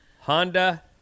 Honda